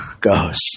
goes